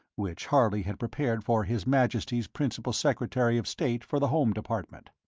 which harley had prepared for his majesty's principal secretary of state for the home department.